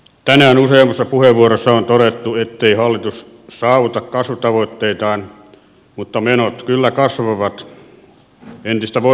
tänään useammassa puheenvuorossa on todettu ettei hallitus saavuta kasvutavoitteitaan mutta menot kyllä kasvavat entistä voimakkaammin